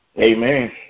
Amen